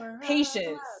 patience